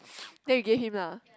then you gave him lah